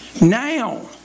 Now